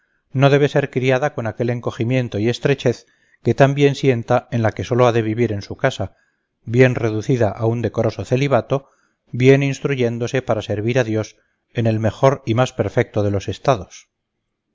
no debe ser criada con aquel encogimiento y estrechez que tan bien sienta en la que sólo ha de vivir en su casa bien reducida a un decoroso celibato bien instruyéndose para servir a dios en el mejor y más perfecto de los estados